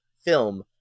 film